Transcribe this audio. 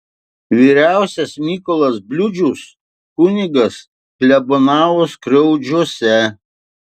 vyriausias mykolas bliūdžius kunigas klebonavo skriaudžiuose